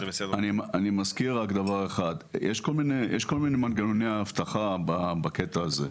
יש כל מנגנוני אבטחה בעניין הזה.